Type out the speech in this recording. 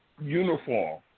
uniform